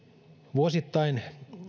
vuosittain